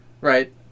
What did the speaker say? Right